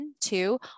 two